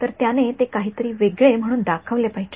तर त्याने ते काहीतरी वेगळे म्हणून दाखवले पाहिजे